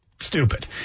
stupid